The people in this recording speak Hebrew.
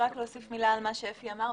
להוסיף מילה על מה שאפי אמר,